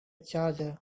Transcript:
charger